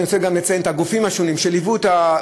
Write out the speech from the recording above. אני רוצה לציין גם את הגופים שליוו את הוועדה,